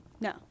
no